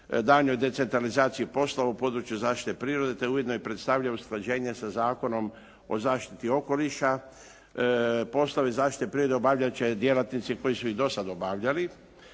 daljnjoj decentralizaciji poslova u području zaštite prirode, te ujedno i predstavlja usklađenje sa Zakonom o zaštiti okoliša. Poslove zaštite prirode obavljat će djelatnici koji su i do sad obavljali,